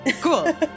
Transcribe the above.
Cool